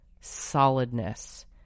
solidness